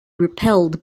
repelled